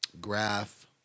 Graph